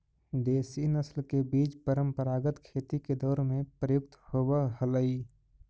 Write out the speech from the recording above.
देशी नस्ल के बीज परम्परागत खेती के दौर में प्रयुक्त होवऽ हलई